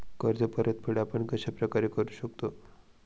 कर्ज परतफेड आपण कश्या प्रकारे करु शकतो?